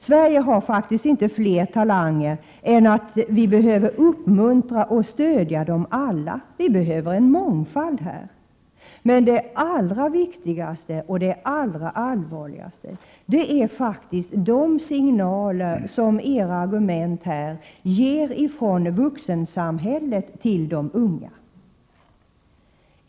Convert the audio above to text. Sverige har faktiskt inte fler talanger än att vi behöver uppmuntra och stödja dem alla — vi behöver mångfalden. Men det allra viktigaste och det allra allvarligaste är faktiskt de signaler som ni ger de unga genom era argument från vuxensamhället.